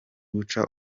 guca